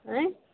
आ